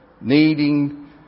needing